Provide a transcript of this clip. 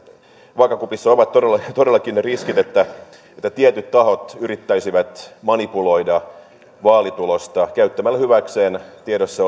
vaakakupissa ovat todellakin ne riskit että tietyt tahot yrittäisivät manipuloida vaalitulosta käyttämällä hyväkseen tiedossa